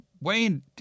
Wayne